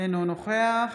אינו נוכח